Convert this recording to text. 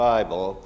Bible